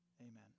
Amen